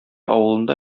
авылында